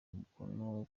umukono